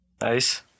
Nice